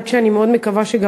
עד שגם נצא,